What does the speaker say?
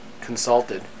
consulted